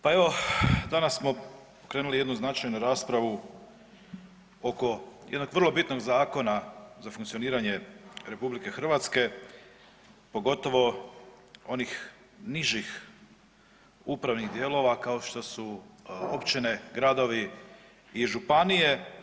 Pa evo danas smo pokrenuli jednu značajnu raspravu oko jednog vrlo bitnog zakona za funkcioniranje RH, pogotovo onih nižih upravnih dijelova kao što su općine, gradovi i županije.